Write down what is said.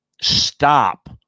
stop